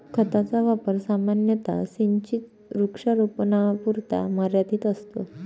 खताचा वापर सामान्यतः सिंचित वृक्षारोपणापुरता मर्यादित असतो